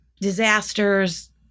disasters